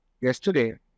Yesterday